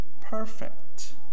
perfect